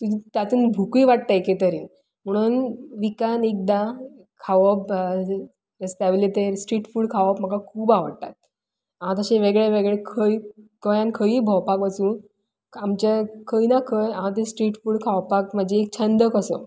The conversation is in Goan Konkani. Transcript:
तातूंत भुकूय वाडटा एकेतरेन म्हणून विकान एकदां खावप रस्त्यावयलें ते स्ट्रीट फूड खावप म्हाका खूब आवडटा हांव तशें वेगवेगळे खंय गोंयान खंयूय भोंवपाक वचूं आमचे खंय ना खंय हांव स्ट्रीट फूड खावपाक म्हजो छंद कसो